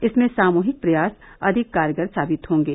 इसमें सामूहिक प्रयास अधिक कारगर साबित होंगे